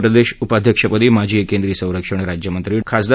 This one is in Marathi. प्रदेश उपाध्यक्षपदी माजी केंद्रीय संरक्षण राज्यमंत्री खा